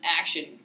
action